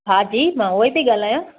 हा जी मां उहेई थी ॻाल्हायां